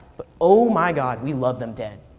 but, oh my god, we love them dead.